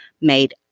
made